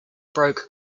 broke